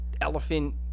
elephant